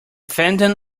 phantom